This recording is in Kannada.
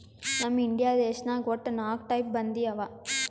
ನಮ್ ಇಂಡಿಯಾ ದೇಶನಾಗ್ ವಟ್ಟ ನಾಕ್ ಟೈಪ್ ಬಂದಿ ಅವಾ